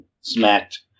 smacked